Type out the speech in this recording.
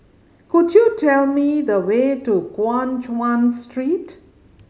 could you tell me the way to Guan Chuan Street